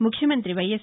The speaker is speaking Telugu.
ముఖ్యమంతి వైఎస్